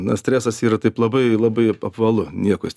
na tresas yra taip labai labai apvalu nieko jis